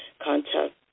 contact